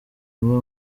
imwe